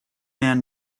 man